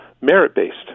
merit-based